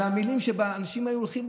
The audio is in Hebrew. מהמילים שכשאנשים היו הולכים,